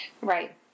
right